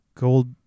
gold